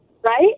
right